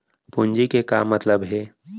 पूंजी के का मतलब हे?